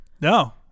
No